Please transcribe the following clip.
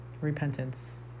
repentance